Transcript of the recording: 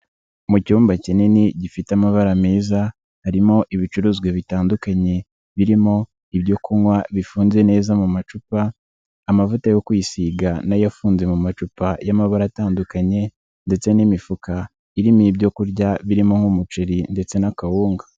Mu cyumba kinini gifite amabara meza harimo ibicuruzwa bitandukanye birimo ibyo kunywa bifunze neza mu macupa, amavuta yo kwisiga na yo afunze mu macupa y'amabara atandukanye ndetse n'imifuka irimo ibyo kurya birimo nk'umuceri ndetse n'akawunga.